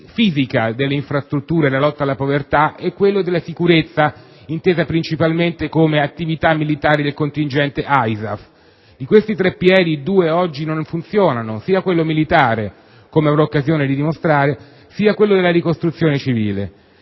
fisica delle infrastrutture e la lotta alla povertà; quello della sicurezza intesa principalmente come attività militare del contingente ISAF. Di questi tre piedi, due oggi non funzionano, sia quello militare, come avrò occasione di dimostrare, sia quello della ricostruzione civile.